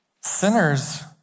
sinners